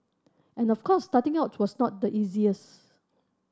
and of course starting out was not the easiest